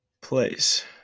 place